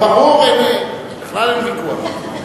זה ברור, בכלל אין ויכוח.